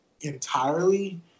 entirely